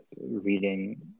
reading